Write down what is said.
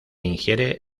ingiere